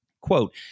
Quote